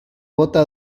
bota